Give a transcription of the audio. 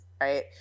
right